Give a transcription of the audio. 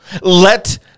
Let